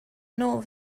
nôl